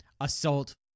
assault